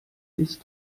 ist